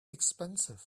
expensive